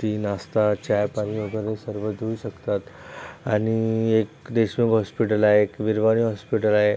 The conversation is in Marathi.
टी नास्ता चायपाणी वगैरे सर्व देऊ शकतात आणि एक देशमुख हॉस्पिटल आहे एक विरवानी हॉस्पिटल आहे